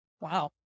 Wow